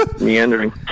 meandering